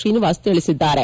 ಶ್ರೀನಿವಾಸ ತಿಳಿಸಿದ್ದಾರೆ